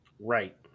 Right